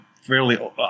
fairly